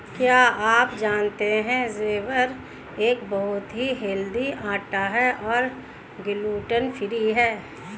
क्या आप जानते है ज्वार एक बहुत ही हेल्दी आटा है और ग्लूटन फ्री है?